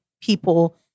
people